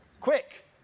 quick